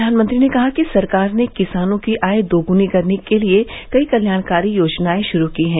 प्रधानमंत्री ने कहा कि सरकार ने किसानों की आय दोग्नी करने के लिए कई कल्याणकारी योजनाए श्रू की है